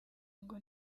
ngo